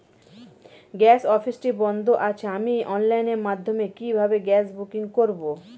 Gas অফিসটি বন্ধ আছে আমি অনলাইনের মাধ্যমে কিভাবে গ্যাস বুকিং করব?